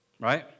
Right